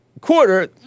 Quarter